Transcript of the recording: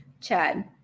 Chad